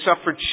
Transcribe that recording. suffered